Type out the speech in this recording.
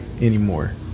anymore